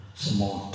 small